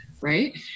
right